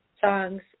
songs